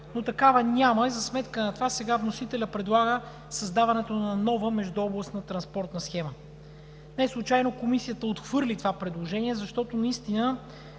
но такава няма и за сметка на това сега вносителят предлага създаването на нова междуобластна транспортна схема. Неслучайно Комисията отхвърли това предложение, защото наистина